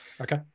Okay